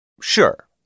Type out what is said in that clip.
Sure